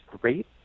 great